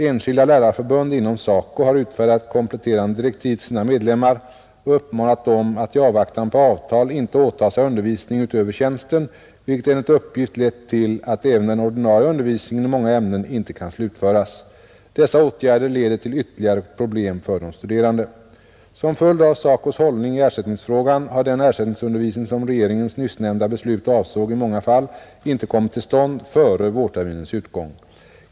Enskilda lärarförbund inom SACO har utfärdat kompletterande direktiv till sina medlemmar och uppmanat dem att i avvaktan på avtal inte åta sig undervisning utöver tjänsten, vilket enligt uppgift lett till att även den ordinarie undervisningen i många ämnen inte kan slutföras, Dessa åtgärder leder till ytterligare problem för de studerande, Som följd av SACO:s hållning i ersättningsfrågan har den ersättningsundervisning som regeringens nyssnämnda beslut avsåg i många fall inte kommit till stånd före vårterminens utgång.